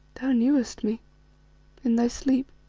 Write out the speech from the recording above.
thou knewest me in thy sleep